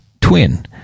Twin